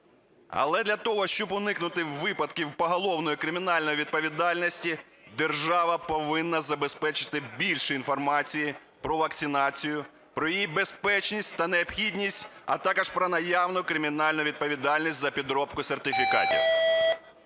Але для того, щоб уникнути випадків поголовної кримінальної відповідальності, держава повинна забезпечити більше інформації про вакцинацію, про її безпечність та необхідність, а також про наявну кримінальну відповідальність за підробку сертифікатів.